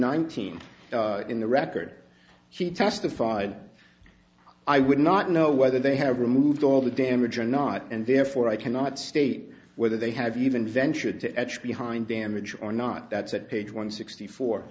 nineteen in the record he testified i would not know whether they have removed all the damage or not and therefore i cannot state whether they have even ventured to edge behind damage or not that's at page one sixty four